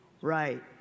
Right